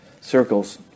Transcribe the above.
circles